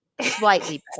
slightly